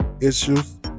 issues